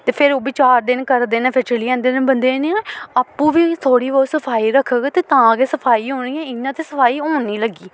ते फिर ओह् बी चार दिन करदे न फिर चली जंदे न बंदे ने आपूं बी थोह्ड़ी बोह्त सफाई रक्खग ते तां गै सफाई होनी ऐ इ'यां ते सफाई होन निं लग्गी